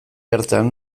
hartan